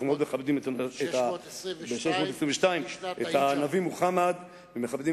622. אנחנו מאוד מכבדים את הנביא מוחמד ומכבדים